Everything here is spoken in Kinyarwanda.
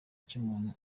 cy’umuntu